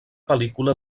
pel·lícula